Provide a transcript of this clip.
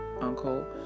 uncle